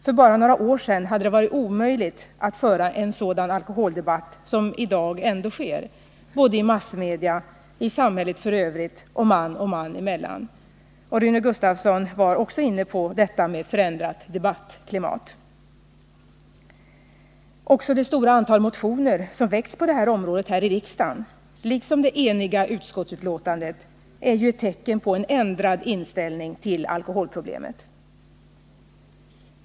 För bara några år sedan hade det varit omöjligt att föra en sådan alkoholdebatt som den som i dag ändå förs både i massmedia, i samhället och man och man emellan. — Rune Gustavsson var också inne på detta med det förändrade debattklimatet. Också det stora antal motioner som har väckts på det här området liksom det eniga utskottsbetänkandet är tecken på en ändrad inställning till alkoholproblemet.